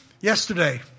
yesterday